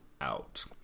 out